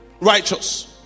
Righteous